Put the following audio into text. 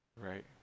right